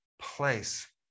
place